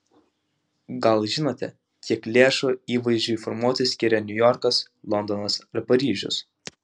gal žinote kiek lėšų įvaizdžiui formuoti skiria niujorkas londonas ar paryžius